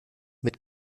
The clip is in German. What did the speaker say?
mit